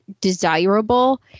desirable